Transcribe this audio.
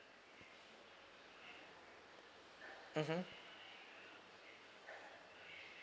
mmhmm